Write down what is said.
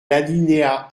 l’alinéa